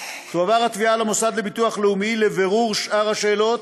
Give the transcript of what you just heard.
תועבר התביעה למוסד לביטוח לאומי לבירור שאר השאלות,